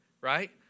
right